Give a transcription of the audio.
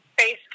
face